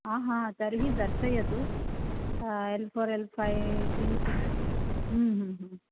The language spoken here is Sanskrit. आहा तर्हि दर्शयतु एल् फ़ोर् एल् फ़ै किञ्चित्